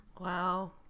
Wow